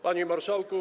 Panie Marszałku!